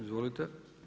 Izvolite.